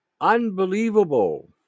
unbelievable